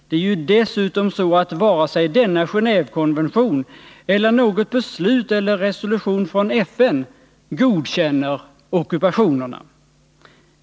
Det är ju dessutom så att varken denna Genévekonvention eller något annat beslut eller någon resolution från FN godkänner ockupationerna.